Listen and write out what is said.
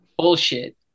Bullshit